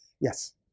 Yes